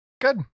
Good